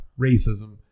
racism